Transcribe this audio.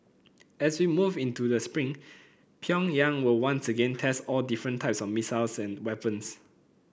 as we move into the spring Pyongyang will once again test all different types of missiles and weapons